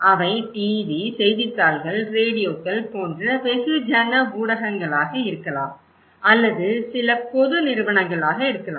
அவை டிவி செய்தித்தாள்கள் ரேடியோக்கள் போன்ற வெகுஜன ஊடகங்களாக இருக்கலாம் அல்லது சில பொது நிறுவனங்களாக இருக்கலாம்